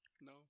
No